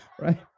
Right